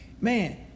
Man